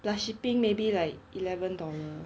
plus shipping maybe like eleven dollar